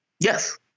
Yes